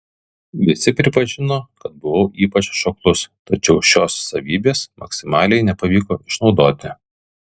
visi pripažino kad buvau ypač šoklus tačiau šios savybės maksimaliai nepavyko išnaudoti